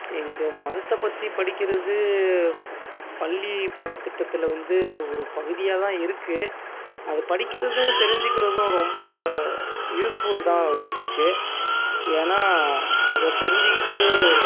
எங்கள் மதத்தைப் பற்றி படிக்கிறது பள்ளி பாடத்திட்டத்தில் வந்து ஒரு பகுதியாக தான் இருக்குது அது படிக்கிறதும் தெரிஞ்சுக்கிறதும் ரொம்ப யூஸ்ஃபுல் தான் லைஃபுக்கு ஏன்னால் அதை தெரிஞ்சுக்கிட்டு